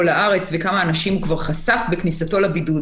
לארץ וכמה אנשים הוא כבר חשף בכניסתו לבידוד.